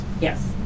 yes